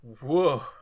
whoa